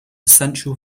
essential